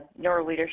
Neuroleadership